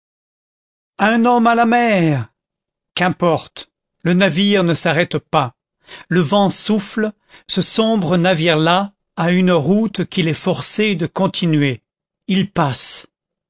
un homme à la mer qu'importe le navire ne s'arrête pas le vent souffle ce sombre navire là a une route qu'il est forcé de continuer il passe